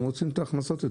הם רוצים את ההכנסות.